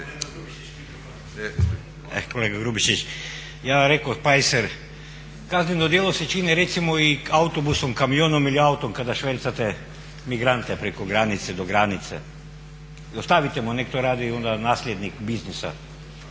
Kolega Grubišić ja reko pajser, kazneno djelo se čini recimo i autobusom, kamionom ili autom kada švercate migrante preko granice do granice. I ostavite mu nek to radi onda nasljednik biznisa,